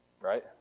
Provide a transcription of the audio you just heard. Right